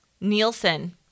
Nielsen